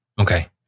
Okay